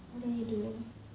what are you doing